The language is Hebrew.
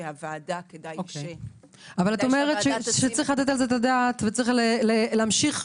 את אומרת שיש לתת על כך את הדעת ושצריך במקביל